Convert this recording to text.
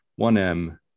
1M